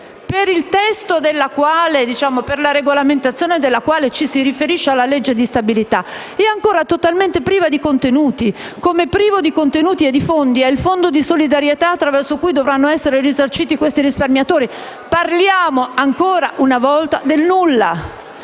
arbitrale per la regolamentazione della quale ci si riferisce alla legge di stabilità, è ancora totalmente priva di contenuti, come privo di contenuti e di fondi è il Fondo di solidarietà attraverso cui dovranno essere risarciti questi risparmiatori. Parliamo, ancora una volta, del nulla,